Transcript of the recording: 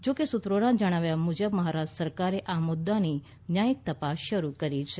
જો કે સૂત્રોના જણાવ્યા મુજબ મહારાષ્ટ્ર સરકારે આ મુદ્દાની ન્યાયિક તપાસ શરૂ કરી છે